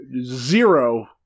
zero